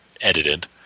edited